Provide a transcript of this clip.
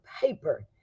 paper